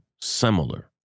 similar